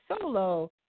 solo